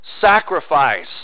sacrifice